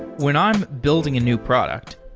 when i'm building a new product,